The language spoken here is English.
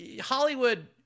Hollywood